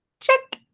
check,